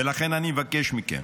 ולכן אני מבקש מכם,